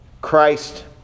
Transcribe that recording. Christ